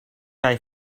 kaj